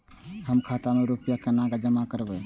हम खाता में रूपया केना जमा करबे?